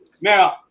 Now